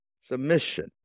submission